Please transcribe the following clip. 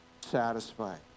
satisfied